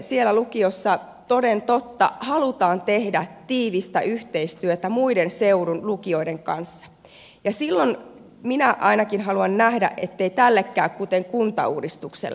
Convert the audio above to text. siellä lukiossa toden totta halutaan tehdä tiivistä yhteistyötä muiden seudun lukioiden kanssa ja silloin minä ainakin haluan nähdä ettei tälle käy kuten kuntauudistukselle